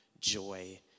joy